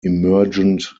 emergent